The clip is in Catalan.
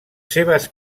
seves